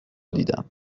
دیدم